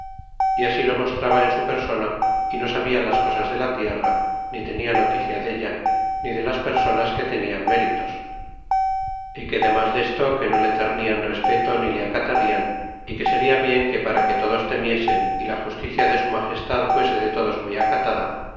y así lo mostraba en su persona y no sabia las cosas de la tierra ni tenia noticia della ni de las personas que tenian méritos y que demas desto que no le ternian respeto ni le acatarian y que seria bien que para que todos temiesen y la justicia de su ma gestad fuese de todos muy acatada